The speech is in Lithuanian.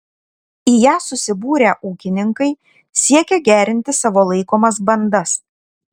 į ją susibūrę ūkininkai siekia gerinti savo laikomas bandas